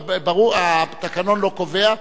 התקנון לא קובע.